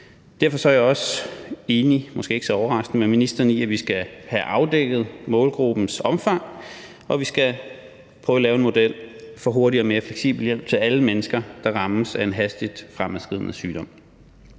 Derfor er jeg også – måske ikke så overraskende – enig med ministeren i, at vi skal have afdækket målgruppens omfang, og at vi skal prøve at lave en model for hurtigere og mere fleksibel hjælp til alle mennesker, der rammes af en hastigt fremadskridende sygdom.